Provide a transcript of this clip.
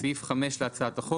סעיף 5 להצעת החוק,